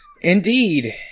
Indeed